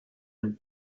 him